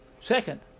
Second